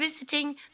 visiting